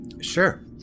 Sure